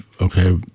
okay